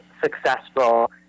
successful